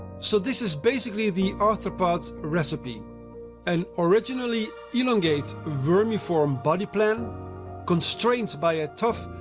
so this is basically the arthropod recipe an originally elongate, vermiform body plan constrained by a tough,